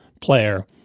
player